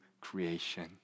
creation